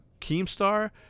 Keemstar